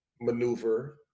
maneuver